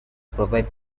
provide